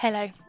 Hello